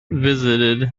visited